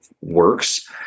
works